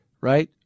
right